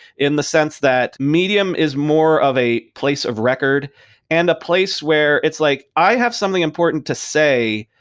in the sense that medium is more of a place of record and a place where it's like, i have something important to say.